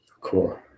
Cool